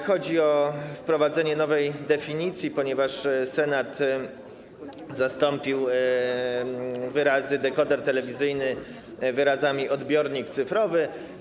Chodzi o wprowadzenie nowej definicji, ponieważ Senat zastąpił wyrazy ˝dekoder telewizyjny˝ wyrazami ˝odbiornik cyfrowy˝